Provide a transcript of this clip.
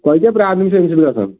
تۄہہِ کیٛاہ پرٛابلِم چھِ اَمہِ سۭتۍ گژھان